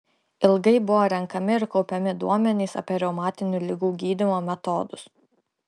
ilgai buvo renkami ir kaupiami duomenys apie reumatinių ligų gydymo metodus